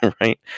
right